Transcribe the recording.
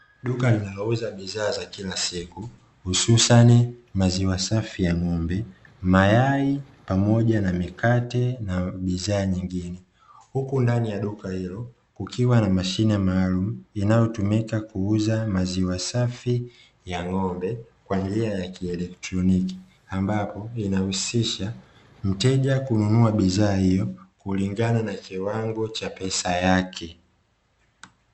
Duka linalouza bidhaa za kila siku, hususani maziwa safi ya ng'ombe, mayai pamoja na mikate, na bidhaa zingine, huku ndani ya duka hilo kukiwa na mashine maalumu, inayotumika kuuzamaziwa safi ya ng'ombe kwa njia ya kielektroniki, ambapo inahusisha mteja kununua bidhaa hiyo, kulingana na kiwango cha pesa yake.